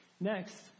next